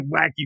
wacky